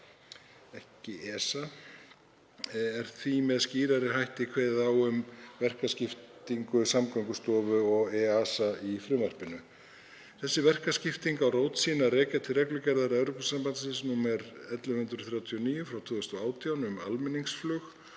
EASA og er því með skýrari hætti kveðið á um verkaskiptingu Samgöngustofu og EASA í frumvarpinu. Þessi verkaskipting á rót sína að rekja til reglugerðar Evrópusambandsins nr. 1139/2018, um almenningsflug,